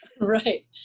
Right